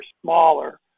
smaller